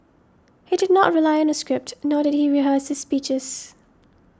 he did not rely on a script nor did he rehearse his speeches